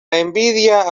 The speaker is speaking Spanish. envidia